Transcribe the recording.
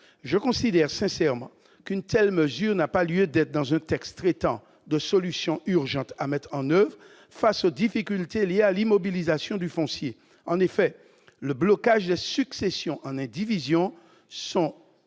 Je considère sincèrement qu'une telle mesure n'a pas lieu d'être dans un texte traitant de solutions urgentes à mettre en oeuvre face aux difficultés liées à l'immobilisation du foncier. En effet, les blocages de successions en indivision sont